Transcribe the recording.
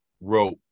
wrote